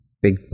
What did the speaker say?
big